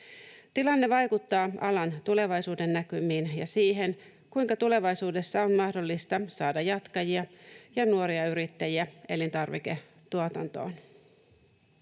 Tilanne vaikuttaa alan tulevaisuudennäkymiin ja siihen, kuinka tulevaisuudessa on mahdollista saada jatkajia ja nuoria yrittäjiä elintarviketuotantoon.